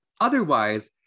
Otherwise